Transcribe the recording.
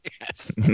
Yes